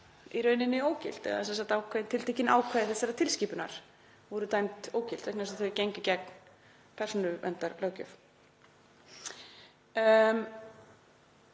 í rauninni ógild, eða tiltekin ákvæði þessarar tilskipunar voru dæmd ógild vegna þess að þau gengu gegn persónuverndarlöggjöf.